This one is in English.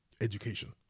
education